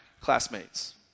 classmates